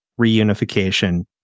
reunification